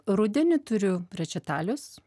rudenį turiu rečitalius